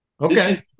Okay